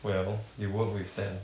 well you work with them